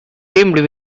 teamed